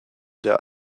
der